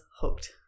hooked